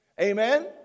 Amen